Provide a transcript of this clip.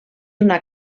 una